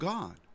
God